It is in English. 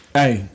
hey